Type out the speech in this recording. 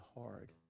hard